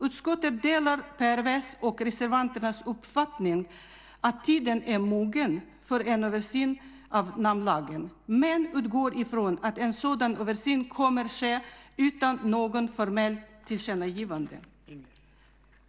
Utskottet delar PRV:s och reservanternas uppfattning att tiden är mogen för en översyn av namnlagen men utgår ifrån att en sådan översyn kommer att ske utan något formellt tillkännagivande.